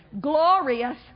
glorious